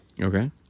Okay